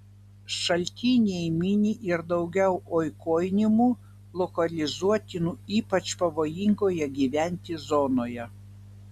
šaltiniai mini ir daugiau oikonimų lokalizuotinų ypač pavojingoje gyventi zonoje